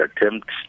attempts